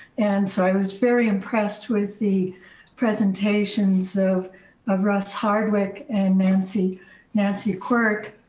and so i was very impressed with the presentations of of russ hardwick and nancy nancy quirk.